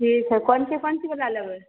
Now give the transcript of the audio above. ठीक छै कोन चीज कोन चीज बला लेबै